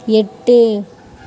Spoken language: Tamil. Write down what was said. எட்டு